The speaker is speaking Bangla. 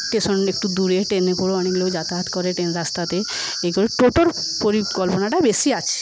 স্টেশন একটু দূরে ট্রেনে করে অনেক লোক যাতায়াত করে ট্রেন রাস্তাতে টোটোর পরিকল্পনাটা বেশী আছে